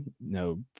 No